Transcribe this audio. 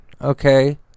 okay